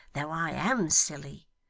though i am silly.